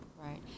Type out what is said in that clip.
Right